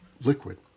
liquid